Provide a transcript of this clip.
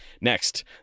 Next